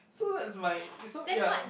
so that's my you so yeah